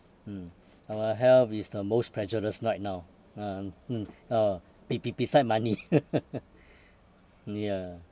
mm our health is the most precious night now uh mm uh be~ be~ beside money ya